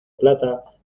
plata